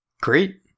Great